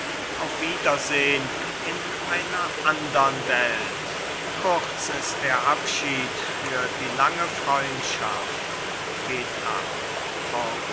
auf wiedersehn in einer andern welt kurz ist der abschied für die lange freundschaft geht ab